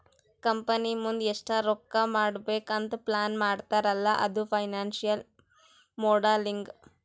company ಮುಂದ್ ಎಷ್ಟ ರೊಕ್ಕಾ ಮಾಡ್ಬೇಕ್ ಅಂತ್ ಪ್ಲಾನ್ ಮಾಡ್ತಾರ್ ಅಲ್ಲಾ ಅದು ಫೈನಾನ್ಸಿಯಲ್ ಮೋಡಲಿಂಗ್